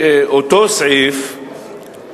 שכחתי לציין שהצעת החוק הזו, היו